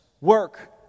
Work